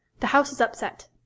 the house is upset.